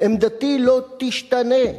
עמדתי לא תשתנה".